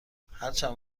هرچند